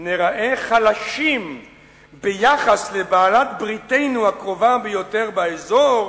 "ניראה חלשים ביחס לבעלת-בריתנו הקרובה ביותר באזור,